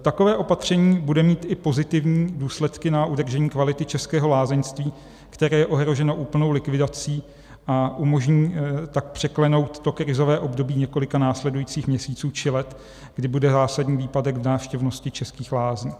Takové opatření bude mít i pozitivní důsledky na udržení kvality českého lázeňství, které je ohroženo úplnou likvidací, a umožní tak překlenout to krizové období několika následujících měsíců či let, kdy bude zásadní výpadek v návštěvnosti českých lázní.